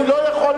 אני לא יכול,